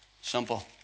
Simple